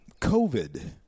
COVID